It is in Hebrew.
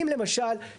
אם למשל,